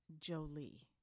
Jolie